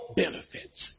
benefits